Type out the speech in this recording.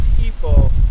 people